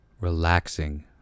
relaxing